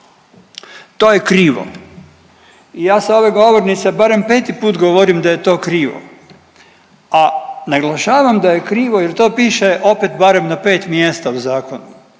To je krivo. I ja sa ove govornice barem peti put govorim da je to krivo, a naglašavam da je krivo jer to piše opet barem na pet mjesta u zakonu.